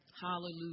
hallelujah